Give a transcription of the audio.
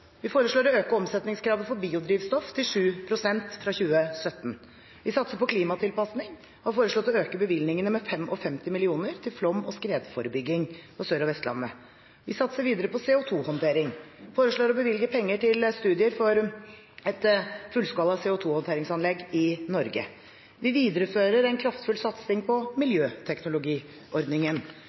Vi foreslår å øke omsetningskravet for biodrivstoff til 7 pst. fra 2017. Vi satser på klimatilpasning og har foreslått å øke bevilgningene med 55 mill. kr til flom- og skredforebygging på Sør- og Vestlandet. Vi satser videre på CO 2 -håndtering. Vi foreslår å bevilge penger til studier for et fullskala CO 2 -håndteringsanlegg i Norge. Vi viderefører en kraftfull satsing på miljøteknologiordningen.